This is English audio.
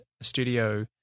studio